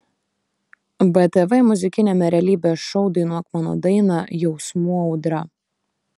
btv muzikiniame realybės šou dainuok mano dainą jausmų audra